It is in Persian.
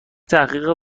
تحقیق